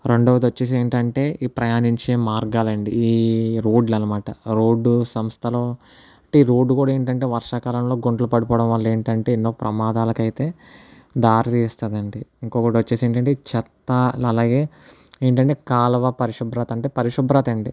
రెండవది వచ్చేసి ఏంటంటే ఈ ప్రయాణించే మార్గాలండి ఈ రోడ్లు అనమాట రోడ్డు సంస్థలు ఈ రోడ్డు కూడా ఏంటంటే ఈ వర్షాకాలంలో గుంటలు పడిపోవడం వల్ల ఏంటంటే ఎన్నో ప్రమాదాలకైతే దారితీస్తాదండి ఇంకొకటి వచ్చేసి ఏంటంటే చెత్త అలాగే ఏంటంటే కాలవ పరిశుభ్రత అంటే పరిశుభ్రత అండి